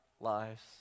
lives